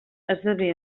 esdevé